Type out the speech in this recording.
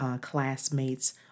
classmates